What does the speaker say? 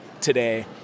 today